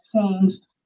changed